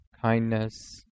kindness